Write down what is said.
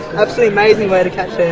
absolutely amazing way to catch their